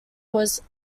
was